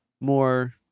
more